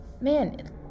Man